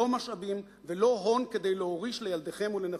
לא משאבים ולא הון כדי להוריש לילדיכם ולנכדיכם.